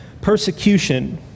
Persecution